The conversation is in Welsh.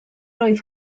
oedd